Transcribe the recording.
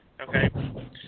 okay